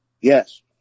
Yes